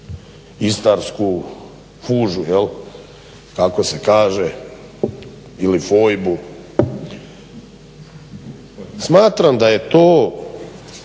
istarsku fužu jel' tako se kaže ili fojbu. Smatram da je to